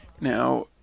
Now